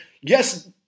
yes